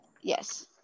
yes